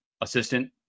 assistant